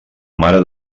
mare